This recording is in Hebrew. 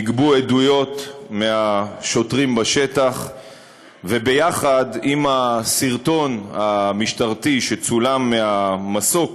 נגבו עדויות מהשוטרים בשטח וביחד עם הסרטון המשטרתי שצולם מהמסוק